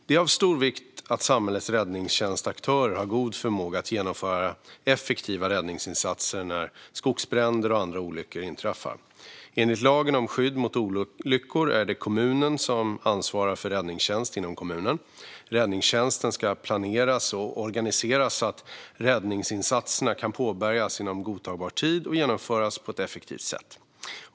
Det är av stor vikt att samhällets räddningstjänstaktörer har god förmåga att genomföra effektiva räddningsinsatser när skogsbränder och andra olyckor inträffar. Enligt lagen om skydd mot olyckor är det kommunen som ansvarar för räddningstjänst inom kommunen. Räddningstjänsten ska planeras och organiseras så att räddningsinsatserna kan påbörjas inom godtagbar tid och genomföras på ett effektivt sätt.